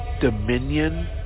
dominion